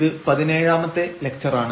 ഇത് പതിനേഴാമത്തെ ലക്ച്ചറാണ്